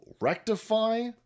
rectify